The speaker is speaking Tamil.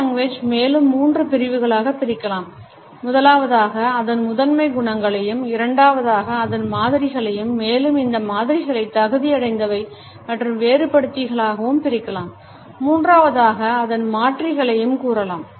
Paralanguage மேலும் மூன்று பிரிவுகளாக பிரிக்கலாம் முதலாவதாக அதன் முதன்மை குணங்களையும் இரண்டாவதாக அதன் மாதிரிகளையும் மேலும் இந்த மாதிரிகளைத் தகுதியடைந்தவை மற்றும் வேறுபடுத்திகளாகவும் பிரிக்கலாம் மூன்றாவதாக அதன் மாற்றிகளையும் கூறலாம்